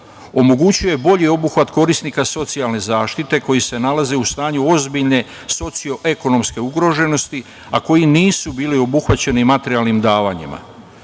omogućio je bolji obuhvat korisnika socijalne zaštite koji se nalaze u stanju ozbiljne socio-ekonomske ugroženosti, a koji nisu bili obuhvaćeni materijalnim davanjima.